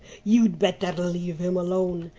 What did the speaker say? you'd better leave him alone.